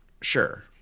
sure